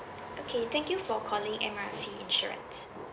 okay thank you for calling M R C insurance